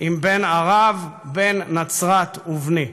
עם בן ערב, בן נצרת ובני.